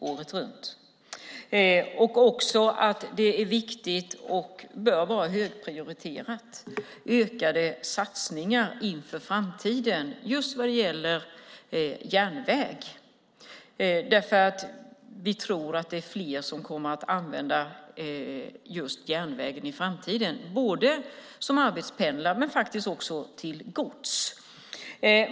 Det är också viktigt och bör vara högprioriterat med ökade satsningar för framtiden vad gäller järnväg. Vi tror att det är fler som kommer att använda järnvägen i framtiden både för att arbetspendla men också till gods.